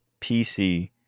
PC